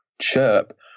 chirp